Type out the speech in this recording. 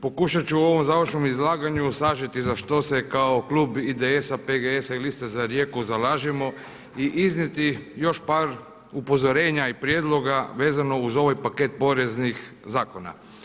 Pokušati ću u ovom završnom izlaganju sažeti za što se kao klub IDS-a, PGS-a i Liste za Rijeku zalažemo i iznijeti još par upozorenja i prijedloga vezano uz ovaj paket poreznih zakona.